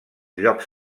llocs